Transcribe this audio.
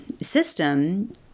system